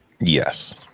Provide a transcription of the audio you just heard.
Yes